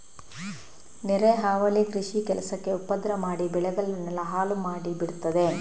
ನೆರೆ ಹಾವಳಿ ಕೃಷಿ ಕೆಲಸಕ್ಕೆ ಉಪದ್ರ ಮಾಡಿ ಬೆಳೆಗಳನ್ನೆಲ್ಲ ಹಾಳು ಮಾಡಿ ಬಿಡ್ತದೆ